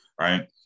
right